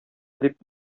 дип